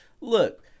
Look